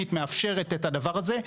התוכנית מאפשרת את הדבר הזה.